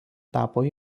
tapo